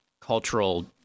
cultural